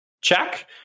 check